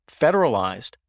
federalized